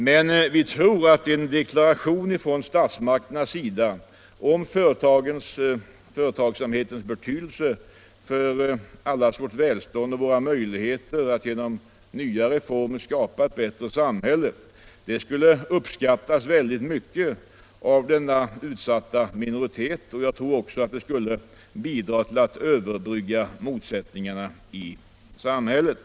Men vi tror att en deklaration från statsmakterna om företagsamhetens betydelse för allas vårt välstånd och för våra möjligheter att genom nya reformer skapa ett bättre samhälle Näringspolitiken Näringspolitiken 180 skulle uppskattas mycket av den utsatta minoritet som företagarna utgör och skulle bidra till att överbrygga motsättningarna i samhället.